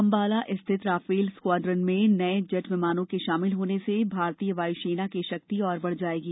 अंबाला स्थित Rafale squadron में नए जेट विमानों के शामिल होने से भारतीय वायु सेना शक्ति और बढ़ जाएगी